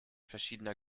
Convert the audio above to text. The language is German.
verschiedener